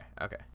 okay